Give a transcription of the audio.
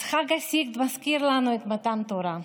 אז חג הסיגד מזכיר לנו את מתן תורה,